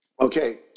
Okay